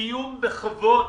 קיום בכבוד,